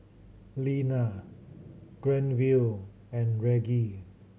Linna Granville and Reggie